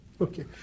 Okay